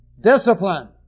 Discipline